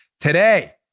today